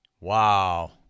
Wow